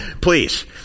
Please